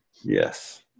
Yes